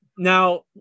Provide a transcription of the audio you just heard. Now